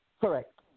Correct